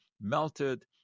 melted